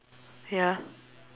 ya